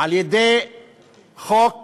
על-ידי חוק